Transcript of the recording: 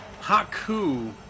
Haku